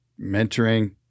mentoring